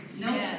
No